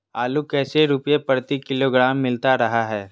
आलू कैसे रुपए प्रति किलोग्राम मिलता रहा है?